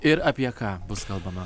ir apie ką bus kalbama